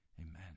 Amen